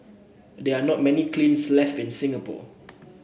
there are not many kilns left in Singapore